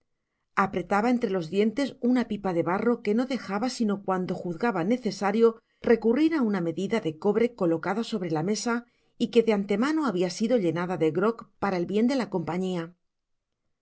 apretaba entre los dientes una pipa de barro que no dejaba sino cuando juzgaba necesario recurrir á una medida de cobre colocada sobre la mesa y que de ante mano habia sido llenada de jroy para el bien de la compañia